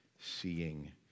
seeing